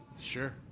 sure